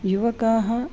युवकाः